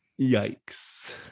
Yikes